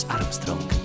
Armstrong